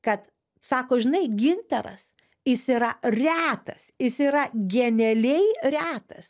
kad sako žinai gintaras jis yra retas jis yra genialiai retas